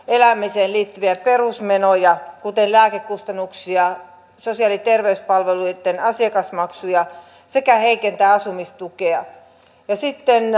elämiseen liittyviä perusmenoja kuten lääkekustannuksia sosiaali ja terveyspalveluitten asiakasmaksuja sekä heikentää asumistukea ja sitten